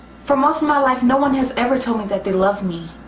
for most of my life, no one has ever told me that they loved me.